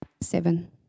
Seven